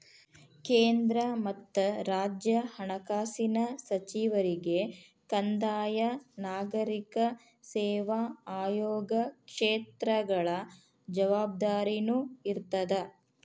ಕೇಂದ್ರ ಮತ್ತ ರಾಜ್ಯ ಹಣಕಾಸಿನ ಸಚಿವರಿಗೆ ಕಂದಾಯ ನಾಗರಿಕ ಸೇವಾ ಆಯೋಗ ಕ್ಷೇತ್ರಗಳ ಜವಾಬ್ದಾರಿನೂ ಇರ್ತದ